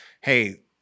hey